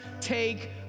take